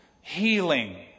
healing